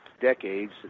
decades